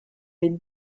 est